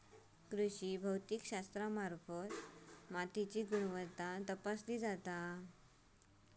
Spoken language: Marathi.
कृषी भौतिकशास्त्रामार्फत मातीची गुणवत्ता तपासली जाता